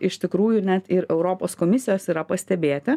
iš tikrųjų net ir europos komisijos yra pastebėti